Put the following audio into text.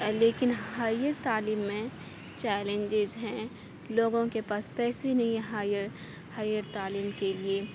لیکن ہائیر تعلیم میں چیلنجز ہیں لوگوں کے پاس پیسے نہیں ہیں ہائیر ہائیر تعلیم کے لیے